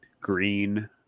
green